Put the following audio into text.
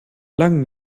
langen